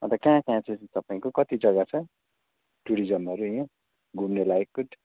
अब कहाँ कहाँ चाहिँ तपाईँको कति जग्गा छ टुरिजमहरू यो घुम्नेलाइकको